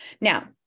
Now